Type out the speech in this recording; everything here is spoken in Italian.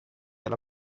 alla